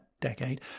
decade